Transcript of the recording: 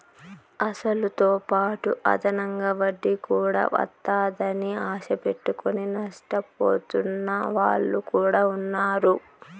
అసలుతోపాటు అదనంగా వడ్డీ కూడా వత్తాదని ఆశ పెట్టుకుని నష్టపోతున్న వాళ్ళు కూడా ఉన్నారు